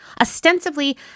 ostensibly